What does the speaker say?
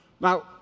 Now